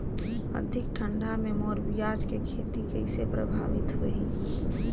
अधिक ठंडा मे मोर पियाज के खेती कइसे प्रभावित होही?